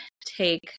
take